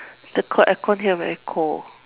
the co~ air con here very cold